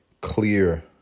clear